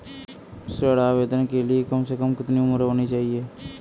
ऋण आवेदन के लिए कम से कम कितनी उम्र होनी चाहिए?